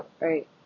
Right